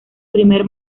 primer